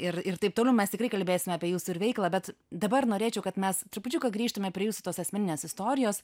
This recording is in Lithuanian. ir ir taip toliau mes tikrai kalbėsime apie jūsų ir veiklą bet dabar norėčiau kad mes trupučiuką grįžtume prie jūsų tos asmeninės istorijos